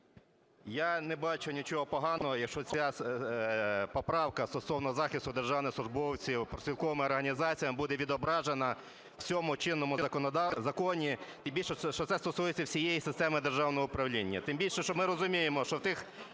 Я не бачу нічого поганого, якщо ця поправка стосовно захисту державних службовців профспілковими організаціями буде відображена у цьому чинному законі, тим більше, що це стосується всієї системи державного управління, тим більше, що ми розуміємо, що в тих